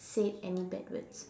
said any bad words